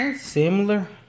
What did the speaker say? Similar